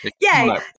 Yay